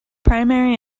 primary